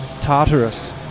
Tartarus